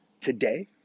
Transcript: Today